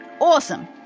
Awesome